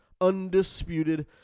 undisputed